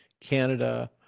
Canada